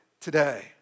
today